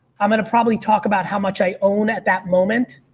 i'm going to probably talk about how much i own at that moment,